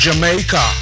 Jamaica